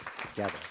together